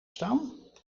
staan